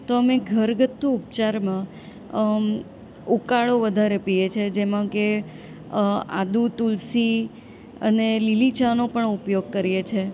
તો અમે ઘરગથ્થુ ઉપચારમાં ઉકાળો વધારે પીઈએ છીએ જેમાં કે આદું તુલસી અને લીલી ચાનો પણ ઉપયોગ કરીએ છે